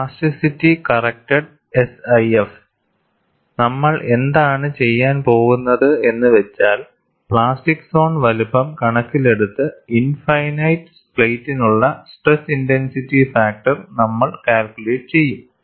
plasticity corrected SIF നമ്മൾ എന്താണ് ചെയ്യാൻ പോകുന്നത് എന്ന് വെച്ചാൽ പ്ലാസ്റ്റിക് സോൺ വലുപ്പം കണക്കിലെടുത്ത് ഇൻഫൈനൈറ്റ് പ്ലേറ്റിനുള്ള സ്ട്രെസ് ഇന്റെൻസിറ്റി ഫാക്ടർ നമ്മൾ കാൽക്കുലേറ്റ് ചെയ്യും